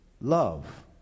Love